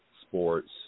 Sports